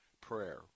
prayer